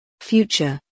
Future